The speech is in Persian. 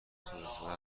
سوءاستفاده